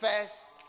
first